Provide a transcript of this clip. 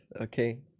okay